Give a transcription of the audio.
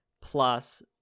plus